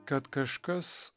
kad kažkas